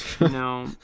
No